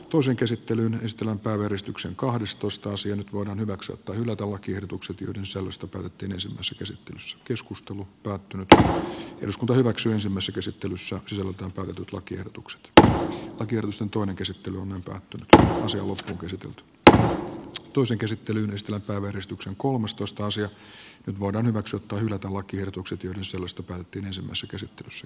tosin käsittelyyn estellä päivystyksen kahdestoista sijan kun on omaksuttu motoa kiertukset joiden selustaportinisemmassa käsittelyssä keskustelutta että eduskunta hyväksyy sen mässytysottelussa sillä valtuutetut lakiehdotukset b tokiossa toinen käsittely on taas ollut kysytty tää tosin käsitteli myös nyt voidaan hyväksyä tai hylätä lakiehdotukset joiden sisällöstä päätettiin ensimmäisessä käsittelyssä